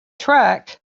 track